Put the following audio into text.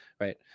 right